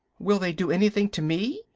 will they do anything to me?